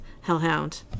hellhound